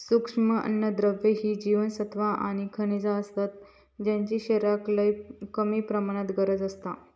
सूक्ष्म अन्नद्रव्य ही जीवनसत्वा आणि खनिजा असतत ज्यांची शरीराक लय कमी प्रमाणात गरज असता